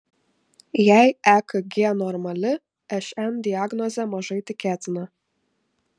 jei ekg normali šn diagnozė mažai tikėtina